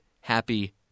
happy